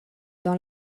dans